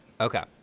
Okay